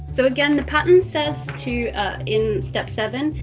so again, the pattern says to in step seven,